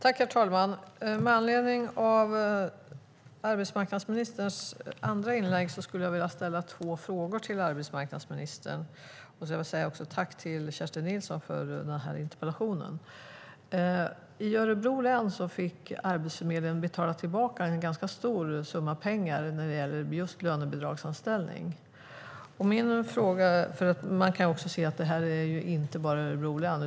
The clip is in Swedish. Herr talman! Men anledning av arbetsmarknadsministerns andra inlägg skulle jag vilja ställa två frågor till henne. Jag vill också säga tack till Kerstin Nilsson för den här interpellationen. I Örebro län fick Arbetsförmedlingen betala tillbaka en ganska stor summa pengar när det gäller just lönebidragsanställning. Det har skett även i andra delar av Sverige, så det gäller alltså inte bara Örebro län.